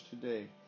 today